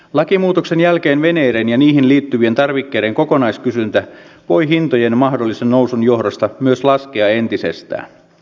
lakimuutoksen jälkeen veneiden ja niihin liittyvien tarvikkeiden kokonaiskysyntä voi hintojen mahdollisen nousun johdosta myös laskea entisestään